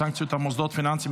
סנקציות על מוסדות פיננסיים),